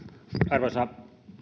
arvoisa